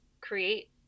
create